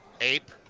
Ape